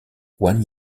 one